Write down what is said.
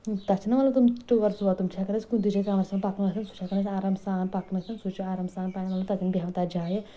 تَتھ چھِ نَہ مطلب تِم ٹٲر ژور تِم چھِ ہٮ۪کان أسۍ کُنہِ تہِ جایہِ تامَس تم پَکنٲوَتھ سُہ چھِ آسان أسۍ آرام سان پَکنٲوِتھ سُہ چھُ آرام سان پنُن مطلب تَتٮ۪ن بیہوان تَتھ جایہِ